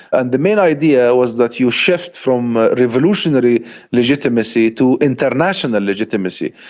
and the main idea was that you shift from revolutionary legitimacy to international legitimacy.